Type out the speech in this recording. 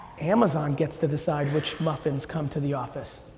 amazon gets to decide which muffins come to the office.